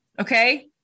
Okay